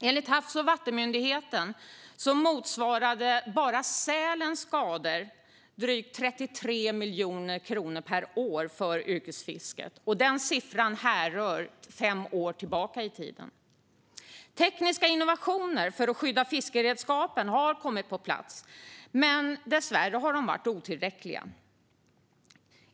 Enligt Havs och vattenmyndigheten motsvarade bara sälens skador drygt 33 miljoner kronor per år för yrkesfisket - och den siffran härrör sig från fem år tillbaka i tiden. Tekniska innovationer för att skydda fiskeredskap har kommit på plats, men de har dessvärre varit otillräckliga.